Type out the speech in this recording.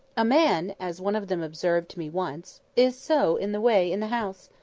a man, as one of them observed to me once, is so in the way in the house!